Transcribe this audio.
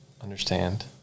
understand